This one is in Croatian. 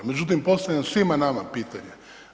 Međutim postavljam svima nama pitanje.